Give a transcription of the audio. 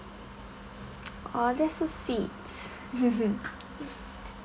oh that's so sweet